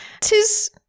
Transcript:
tis